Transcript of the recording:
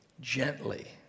Gently